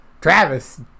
Travis